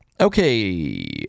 Okay